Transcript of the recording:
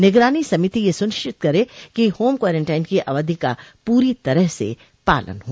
निगरानी समिति यह सुनिश्चित करें कि होम क्वारेंटाइन की अवधि का पूरी तरह से पालन हो